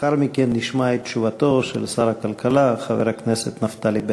לאחר מכן נשמע את תשובתו של שר הכלכלה חבר הכנסת נפתלי בנט.